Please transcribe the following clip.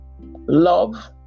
love